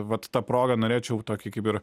vat ta proga norėčiau tokį kaip ir